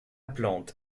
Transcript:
plante